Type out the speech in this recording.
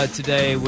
today